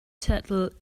turtle